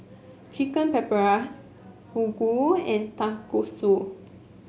Chicken Paprikas Fugu and Tonkatsu